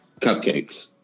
cupcakes